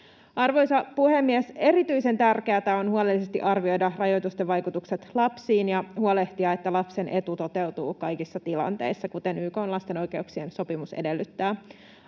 Arvoisa puhemies! Erityisen tärkeätä on huolellisesti arvioida rajoitusten vaikutukset lapsiin ja huolehtia, että lapsen etu toteutuu kaikissa tilanteissa, kuten YK:n lapsen oikeuksien sopimus edellyttää.